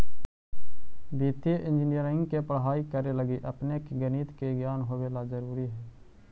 वित्तीय इंजीनियरिंग के पढ़ाई करे लगी अपने के गणित के ज्ञान होवे ला जरूरी हई